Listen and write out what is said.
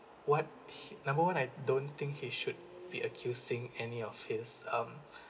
what number one I don't think he should be accusing any of his um